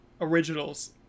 originals